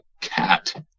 cat